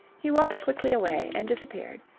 he walked quickly away and disappeared.